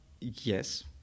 Yes